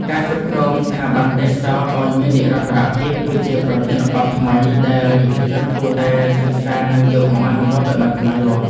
ការគ្រប់គ្រងស្ថាប័នទេសចរណ៍ឱ្យមាននិរន្តរភាព គឺជាប្រធានបទថ្មីដែលយុវជនគួរតែសិក្សានិងយកមកអនុវត្តឱ្យបានច្បាស់លាស់។